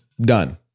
Done